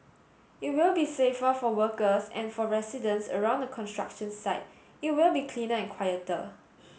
it will be safer for workers and for residents around the construction site it will be cleaner and quieter